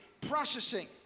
processing